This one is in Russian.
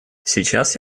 сейчас